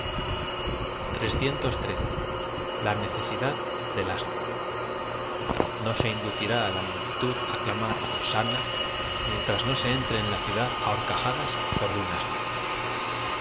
extremo a necesidad del asno no se inducirá á la multitud á clam ar hosanna mientras no se entre en la ciudad á horcajadas sobre un asno